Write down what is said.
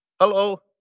Hello